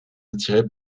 attiré